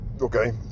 Okay